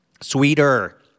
Sweeter